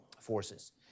forces